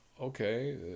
okay